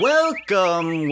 Welcome